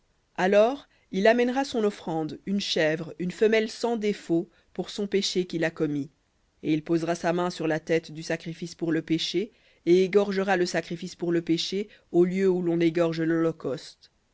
alors il amènera son offrande une chèvre une femelle sans défaut pour son péché qu'il a commis et il posera sa main sur la tête du sacrifice pour le péché et égorgera le sacrifice pour le péché au lieu où lon égorge lholocauste et le